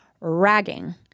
ragging